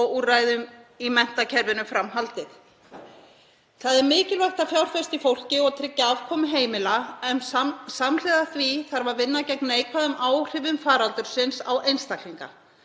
og úrræðum í menntakerfinu fram haldið. Mikilvægt er að fjárfesta í fólki og tryggja afkomu heimila en samt samhliða því þarf að vinna gegn neikvæðum áhrifum faraldursins á einstaklinga.